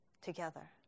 together